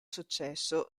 successo